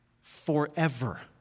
forever